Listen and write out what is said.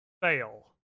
fail